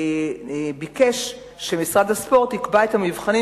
וביקש שמשרד הספורט יקבע את המבחנים